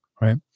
right